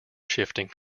shifting